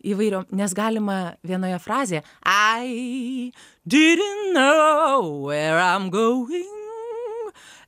įvairiau nes galima vienoje frazė i didnt know where im going